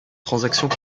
transactions